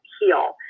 heal